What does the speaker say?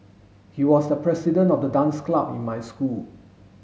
he was the president of the dance club in my school